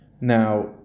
Now